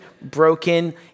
broken